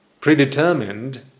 predetermined